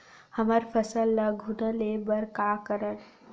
हमर फसल ल घुना ले बर का करन?